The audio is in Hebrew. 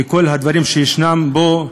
וכל הדברים שיש בו,